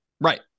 Right